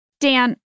Dan